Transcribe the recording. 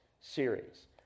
series